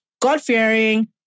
God-fearing